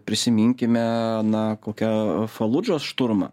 prisiminkime na kokia faludžos šturmą